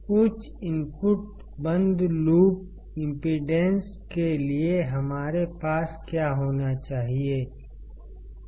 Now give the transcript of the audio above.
उच्च इनपुट बंद loop impedance के लिए हमारे पास क्या होना चाहिए